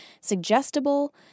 suggestible